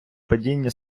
падіння